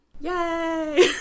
Yay